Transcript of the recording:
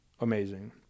amazing